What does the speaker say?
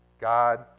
God